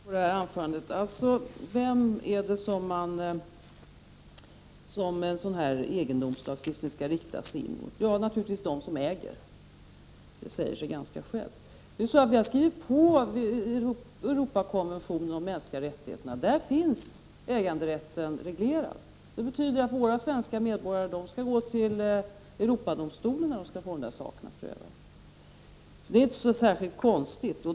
Fru talman! Jag beklagar att jag får lov att begära replik på detta anförande. Mot vem skall en lagstiftning om egendomsrätt riktas? Naturligtvis mot dem som äger. Det säger sig självt. Vi har skrivit på Europakonventionen om de mänskliga rättigheterna. Där finns äganderätten reglerad. Det betyder att våra svenska medborgare skall gå till Europadomstolen för att få dessa saker prövade. Detta är inte särskilt konstigt.